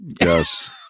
yes